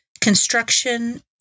construction